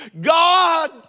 God